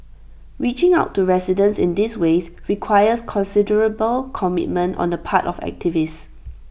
reaching out to residents in these ways requires considerable commitment on the part of activists